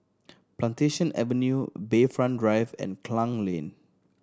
Plantation Avenue Bayfront Drive and Klang Lane